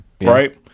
right